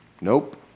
Nope